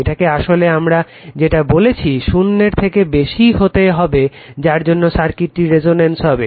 এটাকে আসলে আমরা যেটা বলছি শূন্যর থেকে বেশি হতে হবে যার জন্য সার্কিটটি রেসনেন্স হবে